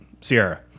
Sierra